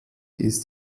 ist